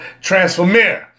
transformer